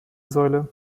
säule